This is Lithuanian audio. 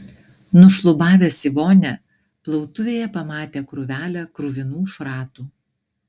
nušlubavęs į vonią plautuvėje pamatė krūvelę kruvinų šratų